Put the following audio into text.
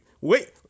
wait